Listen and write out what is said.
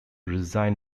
resign